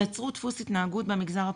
יצרו דפוס התנהגות במגזר הפרטי.